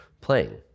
playing